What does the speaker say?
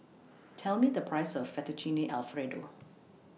Tell Me The Price of Fettuccine Alfredo